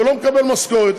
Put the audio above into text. הוא לא מקבל משכורת,